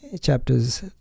chapters